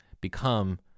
become